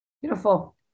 Beautiful